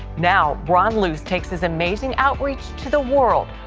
now ron luce takes his amazing outreach to the world.